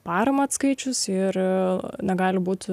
paramą atskaičius ir negali būti